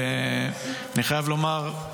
אני חייב לומר,